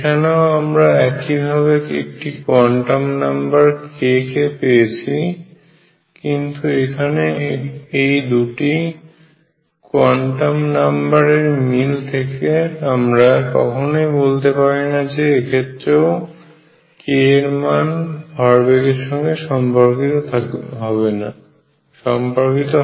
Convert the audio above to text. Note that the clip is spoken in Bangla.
এখানেও আমরা একইভাবে একটি কোয়ান্টাম নাম্বার k কে পেয়েছি কিন্তু এখানে এই দুটি কোয়ান্টাম নাম্বার এর মিল থেকে আমরা কখনোই বলতে পারিনা যে এক্ষেত্রেও k এর মান ভরবেগের সঙ্গে সম্পর্কিত